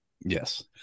Yes